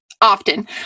often